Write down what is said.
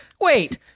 Wait